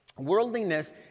worldliness